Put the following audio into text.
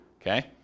Okay